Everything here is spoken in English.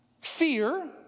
fear